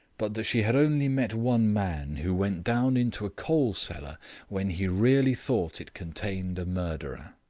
but that she had only met one man who went down into a coal-cellar when he really thought it contained a murderer.